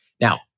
Now